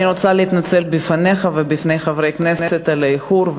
אני רוצה להתנצל בפניך ובפני חברי הכנסת על האיחור,